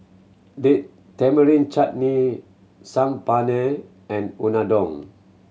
Date Tamarind Chutney Saag Paneer and Unadon